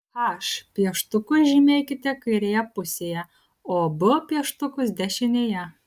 h pieštukus žymėkite kairėje pusėje o b pieštukus dešinėje